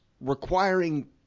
requiring